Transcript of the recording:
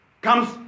comes